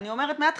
אני אומרת מהתחלה,